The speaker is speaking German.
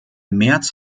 merz